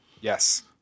Yes